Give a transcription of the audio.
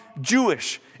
Jewish